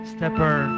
Stepper